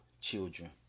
children